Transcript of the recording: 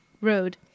road